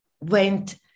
went